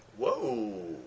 Whoa